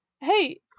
hey